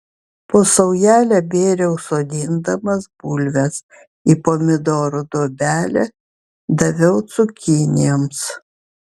po saujelę bėriau sodindamas bulves į pomidorų duobelę daviau cukinijoms